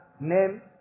name